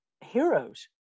heroes